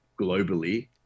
globally